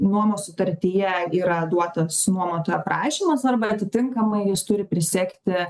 nuomos sutartyje yra duotas nuomotojo prašymas arba atitinkamai jis turi prisegti